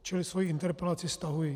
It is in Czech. Čili svoji interpelaci stahuji.